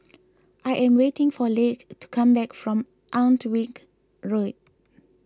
I am waiting for Leigh to come back from Alnwick Road